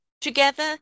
together